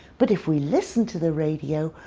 but if we listen to the radio,